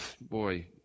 boy